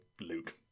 Luke